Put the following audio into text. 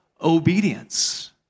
obedience